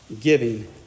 giving